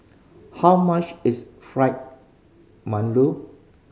how much is Fried Mantou